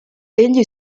egli